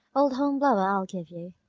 old hornblower i'll give you.